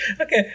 Okay